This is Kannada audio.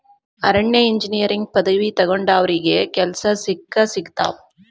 ಅರಣ್ಯ ಇಂಜಿನಿಯರಿಂಗ್ ಪದವಿ ತೊಗೊಂಡಾವ್ರಿಗೆ ಕೆಲ್ಸಾ ಸಿಕ್ಕಸಿಗತಾವ